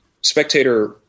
spectator